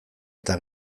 eta